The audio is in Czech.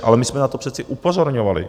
Ale my jsme na to přece upozorňovali.